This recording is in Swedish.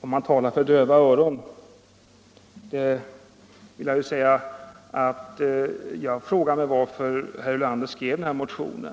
säger att han talar för döva öron. Jag frågar mig varför herr Ulander skrev denna motion.